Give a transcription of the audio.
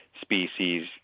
species